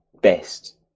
best